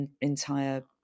entire